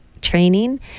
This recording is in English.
training